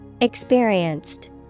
Experienced